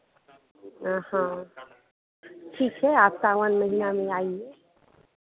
हाँ ठीक है आप सावन महीना में आइए